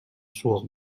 суох